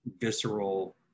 visceral